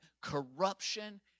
corruption